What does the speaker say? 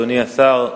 אדוני השר,